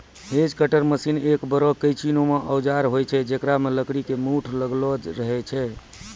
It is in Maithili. हेज कटर मशीन एक बड़ो कैंची नुमा औजार होय छै जेकरा मॅ लकड़ी के मूठ लागलो रहै छै